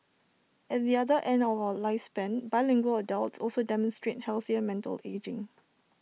at the other end of our lifespan bilingual adults also demonstrate healthier mental ageing